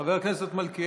חבר הכנסת מלכיאלי,